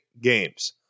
games